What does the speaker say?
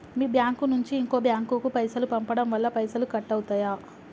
మీ bank నుంచి ఇంకో bank కు పైసలు పంపడం వల్ల పైసలు కట్ అవుతయా?